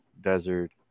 Desert